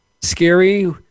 scary